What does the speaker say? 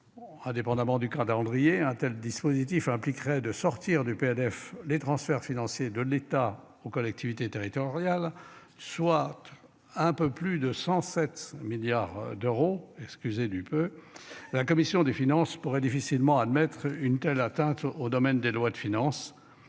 Indépendamment du Canada Andrié un tel dispositif impliquerait de sortir du PNF, les transferts financiers de l'État aux collectivités territoriales soit. Un peu plus de 107 milliards d'euros, excusez du peu. La commission des finances pourrait difficilement admettre une telle atteinte au domaine des lois de finances.